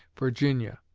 virginia.